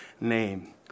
name